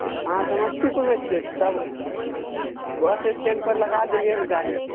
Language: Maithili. अहाँ समस्तीपुरमे छियै तब बस स्टेण्ड पर लगा देलियै हन गाड़ी